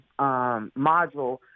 module